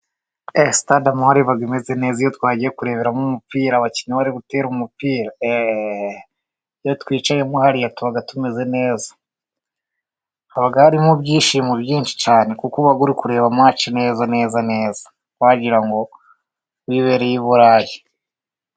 Sitade amahoro iba meze neza iyo twagiye kureberamo umupira abakinnyi bari gutera umupira Eee! Iyo twicayemo hariya tuba tumeze hari ibyishimo byinshi cyane kuko kureba mace neza neza neza wagira ngo wibereye i Burayi.